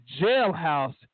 jailhouse